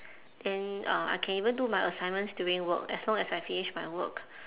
then uh I can even do my assignments during work as long as I finish my work